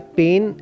pain